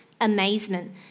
amazement